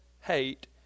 hate